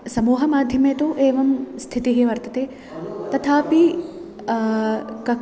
समूहमाध्यमे तु एवं स्थितिः वर्तते तथापि क